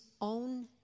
own